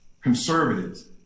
conservatives